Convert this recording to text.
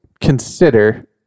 consider